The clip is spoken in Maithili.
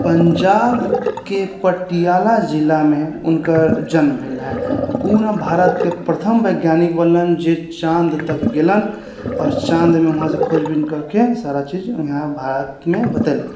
पंजाबके पटियाला जिलामे उनकर जन्म भेल रहै उ ने भारतके प्रथम वैज्ञानिक बनलनि जे चाँद तक गेलनि आओर चाँदमे वहांसँ खोजबीन कऽके सारा चीज यहाँ भारतमे बतेलनि